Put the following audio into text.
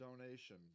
donation